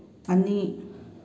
ꯑꯅꯤ